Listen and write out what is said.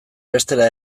bestera